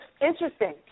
interesting